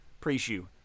Pre-shoe